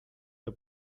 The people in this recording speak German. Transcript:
der